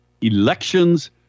Elections